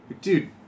Dude